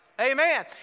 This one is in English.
Amen